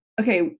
okay